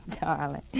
darling